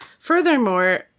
Furthermore